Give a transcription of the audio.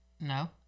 No